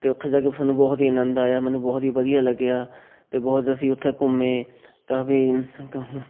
ਅਤੇ ਉੱਥੇ ਜਾ ਕੇ ਸਾਨੂੰ ਬਹੁਤ ਹੀ ਆਨੰਦ ਆਇਆ ਮੈਨੂੰ ਬਹੁਤ ਹੀ ਵਧੀਆ ਲੱਗਿਆ ਅਤੇ ਬਹੁਤ ਅਸੀਂ ਉੱਥੇ ਘੁੰਮੇ ਕਾਫੀ